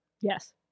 Yes